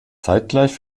zeitgleich